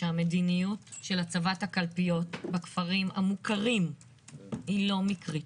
שהמדיניות של הצבת הקלפיות בכפרים המוכרים היא לא מקרית.